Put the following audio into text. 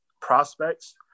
prospects